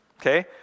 okay